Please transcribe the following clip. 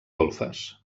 golfes